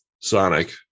Sonic